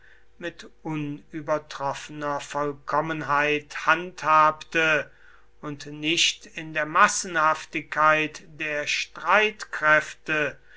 mit unübertroffener vollkommenheit handhabte und nicht in der massenhaftigkeit der streitkräfte